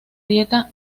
dieta